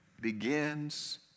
begins